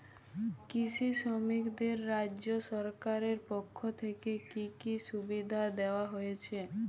কৃষি শ্রমিকদের রাজ্য সরকারের পক্ষ থেকে কি কি সুবিধা দেওয়া হয়েছে?